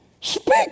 Speak